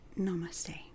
Namaste